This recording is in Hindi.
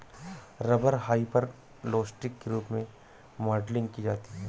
रबर हाइपरलोस्टिक के रूप में मॉडलिंग की जाती है